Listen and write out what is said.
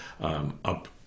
up